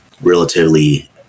relatively